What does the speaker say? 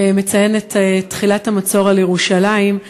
מציין את תחילת המצור על ירושלים,